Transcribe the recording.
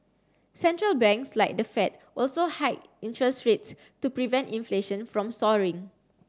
central banks like the Fed also hiked interest rates to prevent inflation from soaring